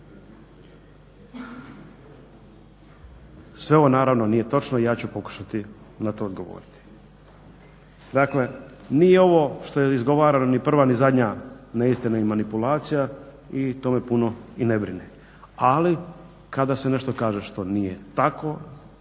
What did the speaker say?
Sve ovo naravno nije točno, i ja ću pokušati na to odgovoriti. Dakle, nije ovo što je izgovarano ni prva ni zadnja neistina i manipulacija i to me puno i ne brine, ali kada se nešto kaže što nije tako,